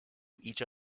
each